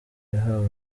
yahawe